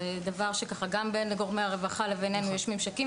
זה דבר שגם בין גורמי הרווחה לבינינו יש ממשקים